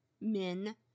Men